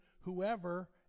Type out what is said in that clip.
whoever